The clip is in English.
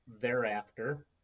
thereafter